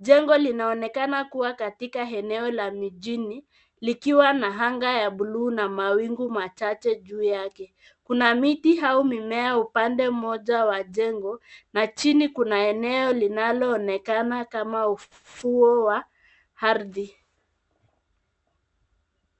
Jengo linaonekana kuwa katika eneo la mjini likiwa na anga ya buluu na mawingu machache. Juu yake kuna miti au mimea upande mmoja wa jengo na chini kuna eneo linaloonekana kama ufuo wa ardhi.